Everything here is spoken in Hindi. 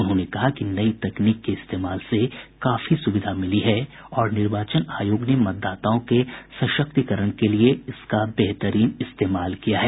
उन्होंने कहा कि नई तकनीक के इस्तेमाल से काफी सुविधा मिली है और निर्वाचन आयोग ने मतदाताओं के सशक्तीकरण के लिए इसका बेहतरीन इस्तेमाल किया है